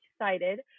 excited